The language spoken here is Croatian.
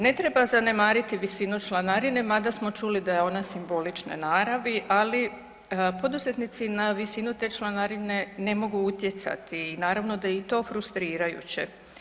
Ne treba zanemariti visinu članarine mada smo čuli da je ona simbolične naravi, ali poduzetnici na visinu te članarine ne mogu utjecati i naravno da je i to frustrirajuće.